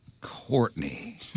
Courtney